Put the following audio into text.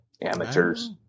amateurs